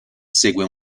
segue